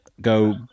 go